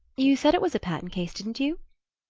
you said it was a patent case, didn't you?